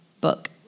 book